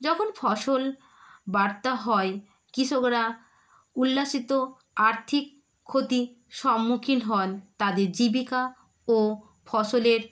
যখন ফসল বার্তা হয় কৃষকরা উল্লসিত আর্থিক ক্ষতি সম্মুখীন হন তাদের জীবিকা ও ফসলের